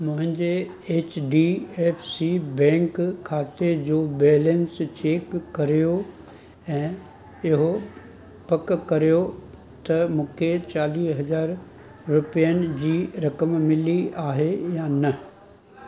मुंहिंजे H D F C bank खाते जो बैलेंस चेक करियो ऐं इहो पक करियो त मूंखे चालीह हज़ार रुपियनि जी रक़म मिली आहे या न